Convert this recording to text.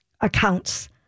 accounts